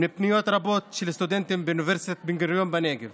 מפניות רבות של סטודנטים באוניברסיטת בן-גוריון בנגב